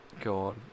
God